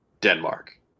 Denmark